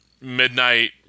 midnight